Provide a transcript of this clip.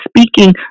speaking